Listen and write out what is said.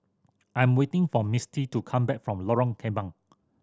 I am waiting for Misty to come back from Lorong Kembang